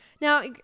now